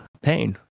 pain